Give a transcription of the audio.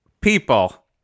people